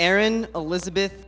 erin elizabeth